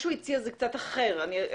הוא הציע משהו אחר.